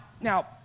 Now